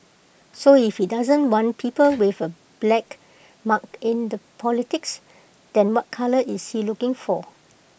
so if he doesn't want people with A black mark in the politics then what colour is he looking for